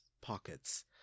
pockets